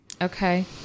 Okay